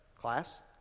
Class